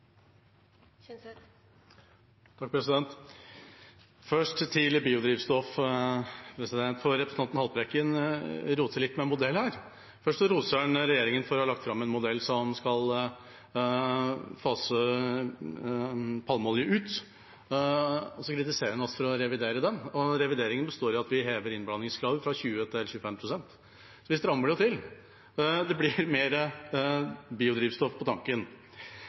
Først til biodrivstoff: Representanten roter litt med modeller her. Først roser han regjeringa for å ha lagt fram en modell som skal fase ut palmeolje, og så kritiserer han dem for å revidere den. Revideringen består i at vi hever innblandingskravet fra 20 til 25 pst. Vi strammer det til – det blir mer biodrivstoff på tanken.